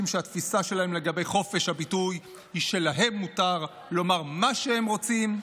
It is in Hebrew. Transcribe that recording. שהתפיסה שלהם לגבי חופש הביטוי היא שלהם מותר לומר מה שהם רוצים,